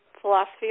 philosophy